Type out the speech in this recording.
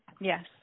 Yes